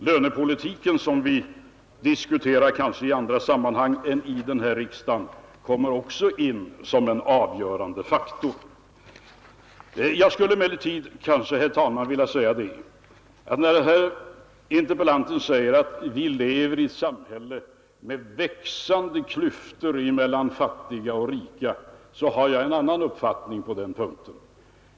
Lönepolitiken, som vi kanske diskuterar i andra sammanhang än här i riksdagen, kommer också in som en avgörande faktor. Jag skulle emellertid, herr talman, vilja säga det att när interpellanten menar att vi lever i ett samhälle med växande klyftor emellan fattiga och rika så har jag en annan uppfattning på den punkten.